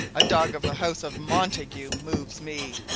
a dog of the house of montague moves me.